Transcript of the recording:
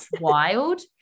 wild